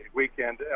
weekend